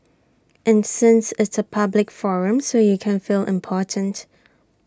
and since it's A public forum so you can feel important